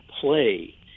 play